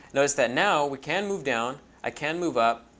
notice that now we can move down. i can move up.